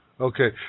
Okay